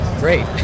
Great